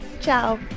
Ciao